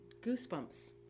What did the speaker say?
goosebumps